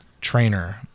trainer